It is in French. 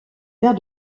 père